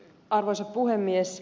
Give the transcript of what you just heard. arvoisa puhemies